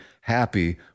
happy